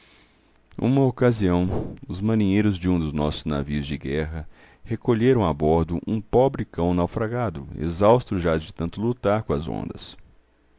uma ocasião os marinheiros de um dos nossos navios de guerra recolheram a bordo um pobre cão naufragado exausto já de tanto lutar com as ondas